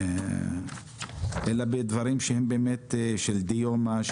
אלא בדברים שהם של דיומא,